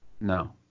no